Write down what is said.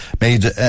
made